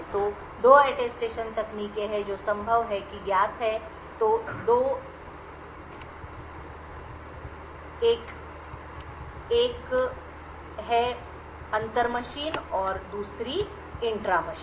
तो 2 अटेस्टेशन तकनीकें हैं जो संभव है कि ज्ञात है कि एक है अंतर मशीन और दूसरी इंट्रा मशीन